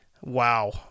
Wow